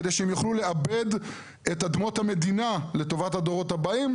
כדי שהם יוכלו לעבד את אדמות המדינה לטובת הדורות הבאים.